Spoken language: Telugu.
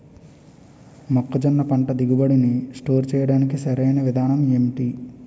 మొక్కజొన్న పంట దిగుబడి నీ స్టోర్ చేయడానికి సరియైన విధానం ఎంటి?